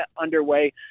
underway